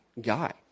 guy